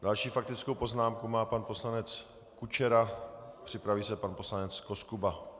Další faktickou poznámku má pan poslanec Kučera, připraví se pan poslanec Koskuba.